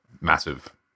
massive